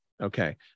Okay